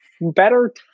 better